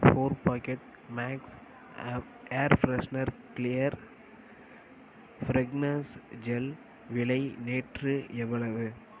four packet max ஏப் air freshener clear fragrance gel விலை நேற்று எவ்வளவு